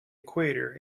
equator